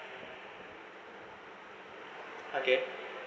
okay